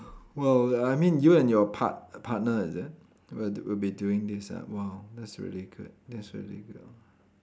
well I mean you and your part~ partner is it will d~ will be doing this ah !wow! that's really good that's really good